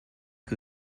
que